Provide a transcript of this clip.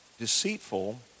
deceitful